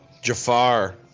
Jafar